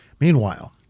Meanwhile